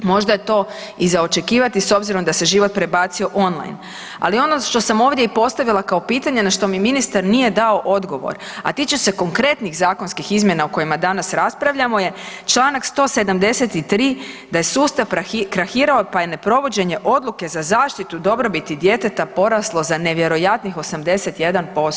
Možda je to i za očekivati s obzirom da se život prebacio online, ali ono što sam ovdje i postavila kao pitanje, na što mi ministar nije dao odgovor, a tiče se konkretnih zakonskih izmjena u kojima danas raspravljamo je čl. 173, da je sustav krahirao pa je neprovođenje odluke za zaštitu dobrobiti djeteta poraslo za nevjerojatnih 81%